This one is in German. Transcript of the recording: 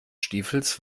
stiefels